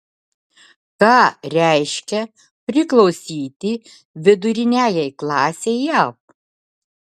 ką reiškia priklausyti viduriniajai klasei jav